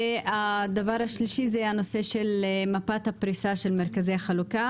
הדבר השלישי זה הנושא של מפת הפריסה של מרכזי החלוקה